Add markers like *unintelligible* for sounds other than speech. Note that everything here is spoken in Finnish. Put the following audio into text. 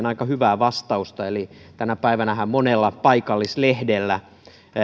*unintelligible* aika hyvää vastausta eli tänä päivänähän monella paikallislehdellä